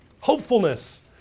hopefulness